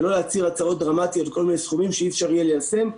ולא להצהיר הצהרות דרמטיות על כל מיני סכומים שאי-אפשר יהיה ליישם.